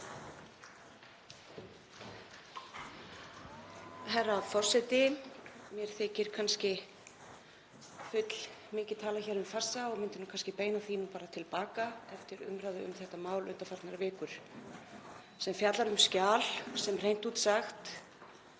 Herra forseti. Mér þykir kannski fullmikið talað um farsa og myndi nú kannski beina því til baka eftir umræðu um þetta mál undanfarnar vikur sem fjallar um skjal sem hreint út sagt